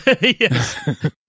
yes